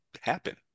happen